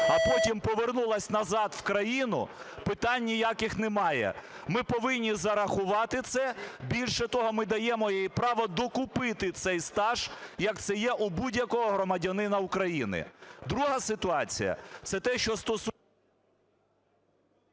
а потім повернулась назад в країну, питань ніяких немає – ми повинні зарахувати їй це. Більше того, ми даємо їй право докупити цей стаж, як це є у будь-якого громадянина України. Друга ситуація – це те, що стосується...